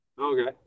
Okay